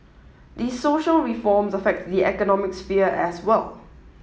these social reforms affect the economic sphere as well